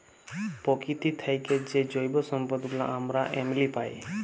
পকিতি থ্যাইকে যে জৈব সম্পদ গুলা আমরা এমলি পায়